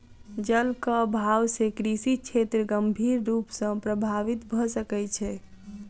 जलक अभाव से कृषि क्षेत्र गंभीर रूप सॅ प्रभावित भ सकै छै